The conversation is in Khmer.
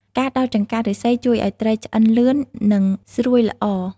ការដោតចង្កាក់ឫស្សី ជួយឲ្យត្រីឆ្អិនលឿន និងស្រួយល្អ។